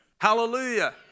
Hallelujah